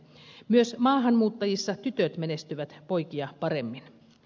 myös maahanmuuttajissa tytöt menestyvät poikia paremmin